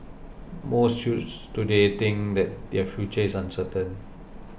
most youths today think that their future is uncertain